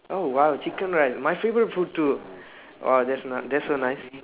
oh !wow! chicken rice my favourite food too !wah! that's not that's so nice